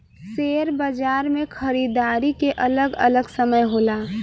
share बाजार मे खरीदारी के अलग अलग समय होला